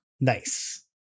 Nice